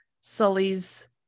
sully's